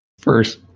First